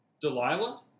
Delilah